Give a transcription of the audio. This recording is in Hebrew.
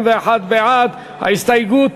ההסתייגות